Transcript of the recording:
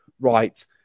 right